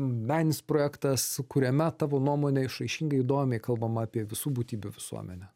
meninis projektas kuriame tavo nuomone išraiškingai įdomiai kalbama apie visų būtybių visuomenę